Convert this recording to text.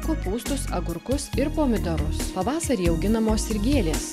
kopūstus agurkus ir pomidorus pavasarį auginamos ir gėlės